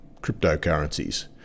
Cryptocurrencies